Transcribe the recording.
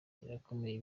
irakomeye